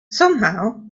somehow